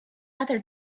other